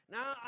Now